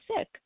sick